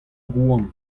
goan